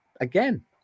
again